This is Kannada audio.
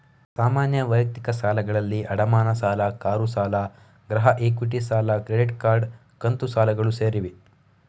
ಸಾಮಾನ್ಯ ವೈಯಕ್ತಿಕ ಸಾಲಗಳಲ್ಲಿ ಅಡಮಾನ ಸಾಲ, ಕಾರು ಸಾಲ, ಗೃಹ ಇಕ್ವಿಟಿ ಸಾಲ, ಕ್ರೆಡಿಟ್ ಕಾರ್ಡ್, ಕಂತು ಸಾಲಗಳು ಸೇರಿವೆ